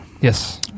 Yes